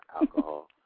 alcohol